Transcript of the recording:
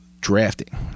drafting